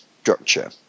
structure